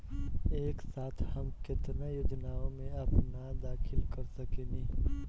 एक साथ हम केतना योजनाओ में अपना दाखिला कर सकेनी?